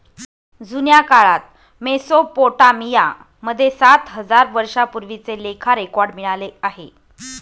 जुन्या काळात मेसोपोटामिया मध्ये सात हजार वर्षांपूर्वीचे लेखा रेकॉर्ड मिळाले आहे